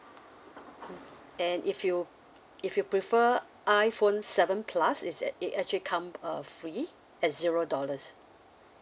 and if you if you prefer iphone seven plus it's at it actually come uh free at zero dollars